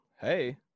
Hey